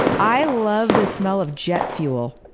i love the smell of jet fuel.